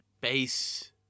base